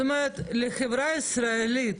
זאת אומרת לחברה הישראלית,